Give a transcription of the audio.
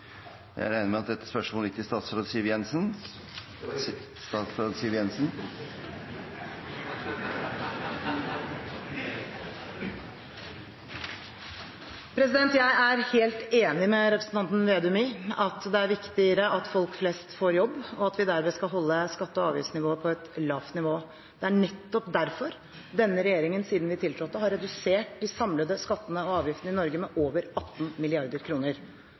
regner med at dette spørsmålet er til statsråd Siv Jensen. Det er riktig. Jeg er helt enig med representanten Slagsvold Vedum i at det er viktigere at folk flest har jobb, og at vi derfor skal holde skatte- og avgiftsnivået på et lavt nivå. Det er nettopp derfor denne regjeringen siden den tiltrådte, har redusert de samlede skattene og avgiftene i Norge med over 18